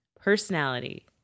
Personality